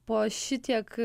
po šitiek